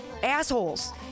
assholes